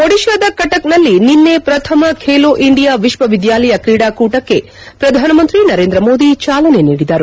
ಒಡಿಶಾದ ಕಟಕ್ನಲ್ಲಿ ನಿನ್ನೆ ಪ್ರಥಮ ಖೇಲೋ ಇಂಡಿಯಾ ವಿಶ್ವವಿದ್ಯಾಲಯ ಕ್ರೀಡಾಕೂಟಕ್ಕೆ ಪ್ರಧಾನಮಂತ್ರಿ ನರೇಂದ್ರ ಮೋದಿ ಚಾಲನೆ ನೀಡಿದರು